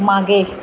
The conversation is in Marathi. मागे